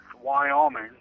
Wyoming